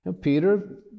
Peter